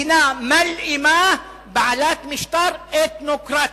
בעלת משטר אתנוקרטי.